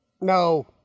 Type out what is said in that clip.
No